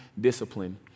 discipline